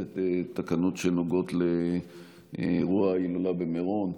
תקנות שנוגעות לאירוע ההילולה במירון.